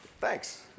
Thanks